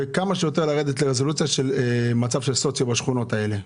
וכמה שיותר לרדת לרזולוציה של מצב של סוציו בשכונות האלה,